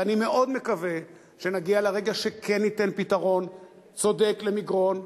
ואני מאוד מקווה שנגיע לרגע שכן ניתן פתרון צודק למגרון.